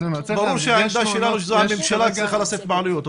ברור שהעמדה שלנו היא שהממשלה צריכה לשאת בעלויות.